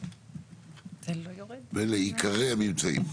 ולעיקרי הממצאים.